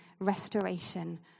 restoration